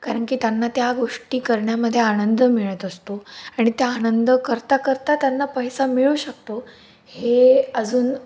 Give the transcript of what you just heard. कारण की त्यांना त्या गोष्टी करण्यामध्ये आनंद मिळत असतो आणि त्या आनंद करता करता त्यांना पैसा मिळू शकतो हे अजून